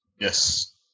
Yes